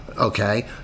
okay